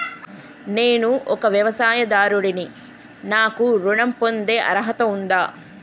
నేను ఒక వ్యవసాయదారుడిని నాకు ఋణం పొందే అర్హత ఉందా?